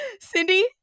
Cindy